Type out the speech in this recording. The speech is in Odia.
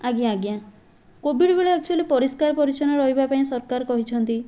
ଆଜ୍ଞା ଆଜ୍ଞା କୋଭିଡ଼ ବେଳେ ଆକ୍ଚୁଲି ପରିଷ୍କାର ପରିଚ୍ଛନ୍ନ ରହିବାପାଇଁ ସରକାର କହିଛନ୍ତି